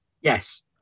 Yes